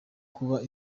kubaka